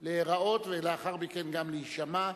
להיראות ולאחר מכן גם להישמע.